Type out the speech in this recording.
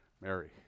Mary